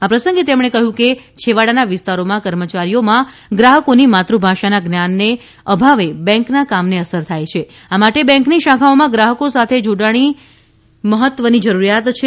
આ પ્રસંગે તેમણે કહ્યું કે છેવાડાના વિસ્તારોમાં કર્મચારીઓમાં ગ્રાહકોની માતૃભાષાના જ્ઞાનના અભાવે બેંકના કામને અસર થાય છે આ માટે બેંકની શાખાઓમાં ગ્રાહકો સાથે જોડાણના મહત્વની જરૂરિયાત છે